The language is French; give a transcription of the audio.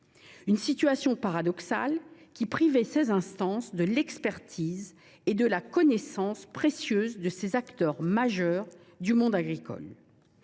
situation paradoxale qui privait ces instances de l’expertise et de la connaissance précieuse de ces acteurs majeurs du monde agricole.